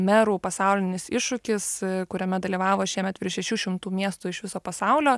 merų pasaulinis iššūkis kuriame dalyvavo šiemet virš šešių šimtų miestų iš viso pasaulio